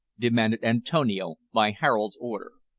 demanded antonio, by harold's order.